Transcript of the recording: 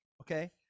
Okay